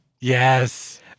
Yes